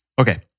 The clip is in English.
Okay